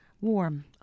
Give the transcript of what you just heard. warm